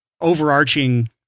overarching